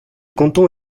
canton